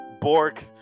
Bork